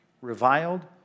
reviled